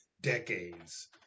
decades